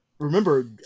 Remember